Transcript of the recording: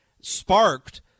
sparked